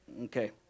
Okay